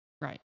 Right